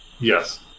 Yes